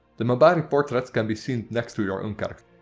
the mabari portrait can be seen next to your own character.